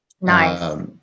Nice